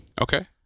Okay